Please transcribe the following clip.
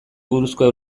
buruzko